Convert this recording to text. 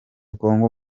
congo